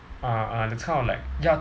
uh uh those kind of like ya